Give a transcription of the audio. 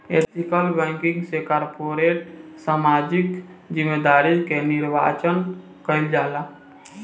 ethical banking से corporate सामाजिक जिम्मेदारी के निर्वाचन कईल जाला